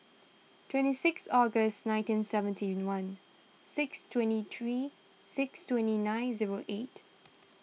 twenty six August nineteen seventy one six twenty three twenty nine zero eight